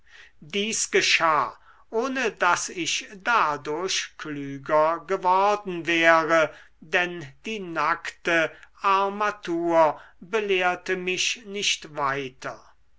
dies geschah ohne daß ich dadurch klüger geworden wäre denn die nackte armatur belehrte mich nicht weiter